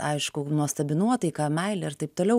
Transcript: aišku nuostabi nuotaika meilė ir taip toliau